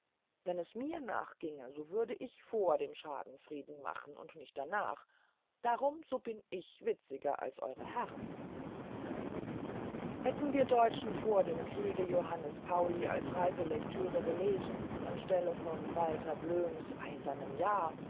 wenn es mir nachginge so würde ich vor dem schaden frieden machen und nicht danach darum so bin ich witziger als eure herren hätten wir deutschen vor dem kriege johannes pauli als reiselektüre gelesen an stelle von walter bloems eisernem jahr